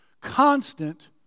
Constant